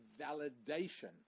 validation